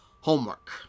homework